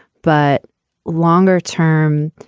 but longer term,